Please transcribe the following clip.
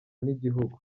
n’igihugu